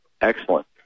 excellent